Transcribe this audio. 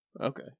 Okay